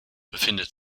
befindet